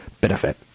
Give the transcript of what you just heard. benefit